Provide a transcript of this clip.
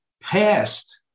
past